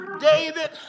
David